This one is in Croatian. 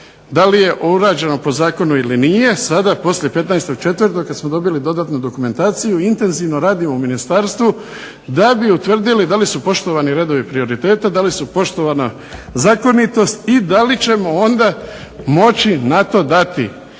da li je urađeno po zakonu ili nije, sada poslije 15.04. kada smo dobili dodatnu dokumentaciju intenzivno radimo u ministarstvu da bi utvrdili da li su poštovani redovi prioriteta, da li su poštovani zakonitosti i da li ćemo na osnovu toga